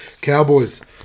Cowboys